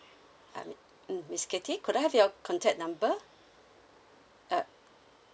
mm mis~ miss cathy could I have your contact number uh